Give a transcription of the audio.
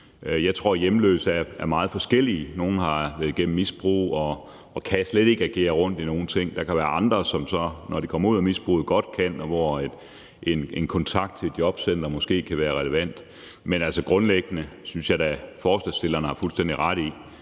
Jeg tror, at hjemløse er meget forskellige. Nogle har været gennem misbrug og kan slet ikke manøvrere i nogen ting. Der kan være andre, som så, når de kommer ud af misbruget, godt kan, og hvor en kontakt til et jobcenter måske kan være relevant. Men altså grundlæggende synes jeg da, at forslagsstillerne har fuldstændig ret i,